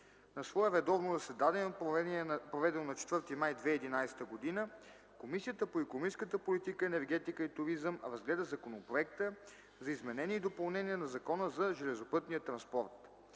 На свое редовно заседание, проведено на 4 май 2011 г., Комисията по икономическата политика, енергетика и туризъм разгледа Законопроекта за изменение и допълнение на Закона за железопътния транспорт.